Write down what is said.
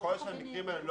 ככל שהמקרים האלה לא